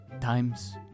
times